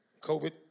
COVID